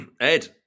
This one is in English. Ed